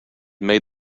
made